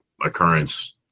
occurrence